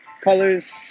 colors